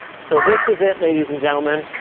so this is it, ladies and gentlemen.